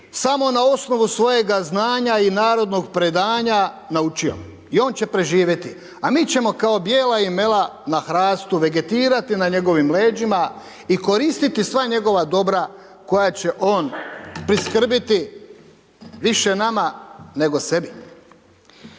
samo na osnovu svojega znanja i narodnog predanja, naučio. I on će preživjeti. A mi ćemo kao bijela imela na hrastu vegetirati na njegovim leđima, i koristiti sva njegova dobra koja će on priskrbiti, više nama nego sebi.